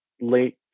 late